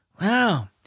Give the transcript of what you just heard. Wow